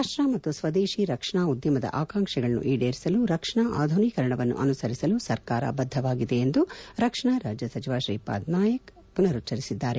ರಾಷ್ಟ್ರ ಮತ್ತು ಸ್ವದೇಶಿ ರಕ್ಷಣಾ ಉದ್ಯಮದ ಆಕಾಂಕ್ಷೆಗಳನ್ನು ಈಡೇರಿಸಲು ರಕ್ಷಣಾ ಆಧುನೀಕರಣವನ್ನು ಅನುಸರಿಸಲು ಸರ್ಕಾರ ಬದ್ಗವಾಗಿದೆ ಎಂದು ರಕ್ಷಣಾ ರಾಜ್ಯ ಸಚಿವ ಶ್ರೀಪಾದ್ ನಾಯಕ್ ಪುನರುಚ್ಚರಿಸಿದ್ದಾರೆ